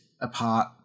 apart